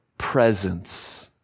presence